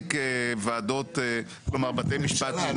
להעסיק וועדות, כלומר בתי משפט.